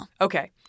Okay